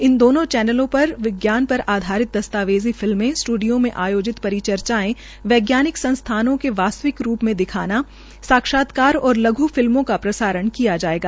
इन दामों चैनलों पर विज्ञान पर आधारित दस्तावेज़ी फिल्में स्ट्रडियों मे आयाजित परि चर्चाए वैज्ञानिक संस्थानों का वास्तविक रूप में देखना साक्षात्कार और लघ् फिलमों का प्रसारण किया जायेगा